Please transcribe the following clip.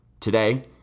Today